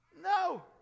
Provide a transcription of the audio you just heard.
no